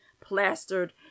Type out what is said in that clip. plastered